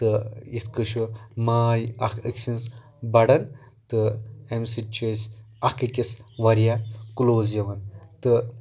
تہٕ یِتھ کٔنۍ چھِ ماے اَکھ أکۍ سٕنٛز بَڑان تہٕ اَمہِ سٕتۍ چھِ أسۍ اَکھ أکِس واریاہ کلوز یِوان تہٕ